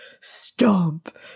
stomp